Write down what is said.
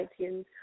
iTunes